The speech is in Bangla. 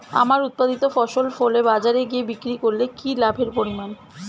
আমার উৎপাদিত ফসল ফলে বাজারে গিয়ে বিক্রি করলে কি লাভের পরিমাণ?